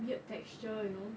weird texture you know